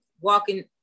walking